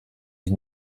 die